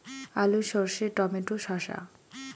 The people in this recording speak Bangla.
আলু সর্ষে টমেটো শসা